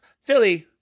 Philly